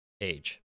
age